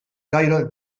caire